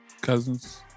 cousins